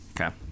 Okay